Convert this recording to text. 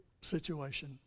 situation